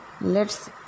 lets